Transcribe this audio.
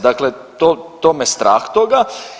Dakle, to me strah toga.